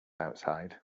outside